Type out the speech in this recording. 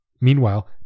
Meanwhile